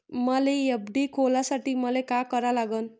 मले एफ.डी खोलासाठी मले का करा लागन?